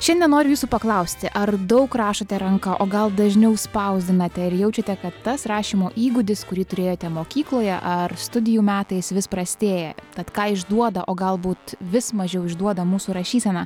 šiandien noriu jūsų paklausti ar daug rašote ranka o gal dažniau spausdinate ir jaučiate kad tas rašymo įgūdis kurį turėjote mokykloje ar studijų metais vis prastėja tad ką išduoda o galbūt vis mažiau išduoda mūsų rašysena